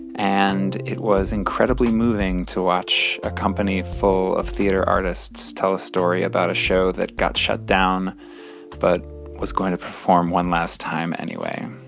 and it was incredibly moving to watch a company full of theater artists tell a story about a show that got shut down but was going to perform one last time anyway.